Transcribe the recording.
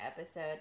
episode